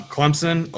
Clemson